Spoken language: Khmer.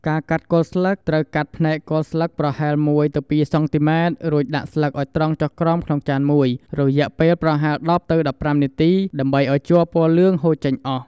ការកាត់គល់ស្លឹកត្រូវ កាត់ផ្នែកគល់ស្លឹកប្រហែល ១ទៅ២ សង់ទីម៉ែត្រ រួចដាក់ស្លឹកឲ្យត្រង់ចុះក្រោមក្នុងចានមួយ រយៈពេលប្រហែល ១០ទៅ១៥ នាទី ដើម្បីឲ្យជ័រពណ៌លឿង ហូរចេញអស់។